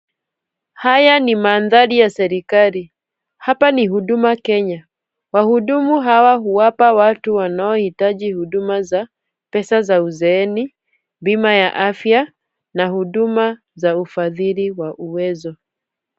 Haya ni mandhari ya serikali. Hapa ni Huduma Kenya. Wahudumu hawa huwapa watu wanaohitaji huduma za pesa za uzeeni, bima ya afya na huduma za ufadhili wa uwezo.